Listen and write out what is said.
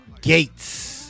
Gates